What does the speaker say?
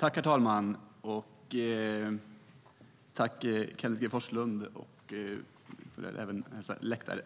Herr talman! Jag tackar Kenneth G Forslund för hans anförande och hälsar